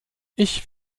ich